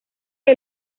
que